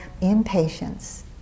impatience